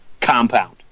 compound